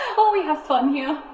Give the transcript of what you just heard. oh, we have fun here.